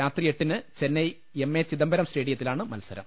രാത്രി എട്ടിന് Chennai M A Chidambaram സ്റ്റേഡിയത്തിലാണ് മത്സരം